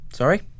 Sorry